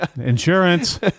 insurance